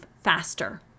faster